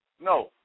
No